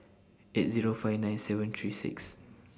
eight Zero five nine seven three six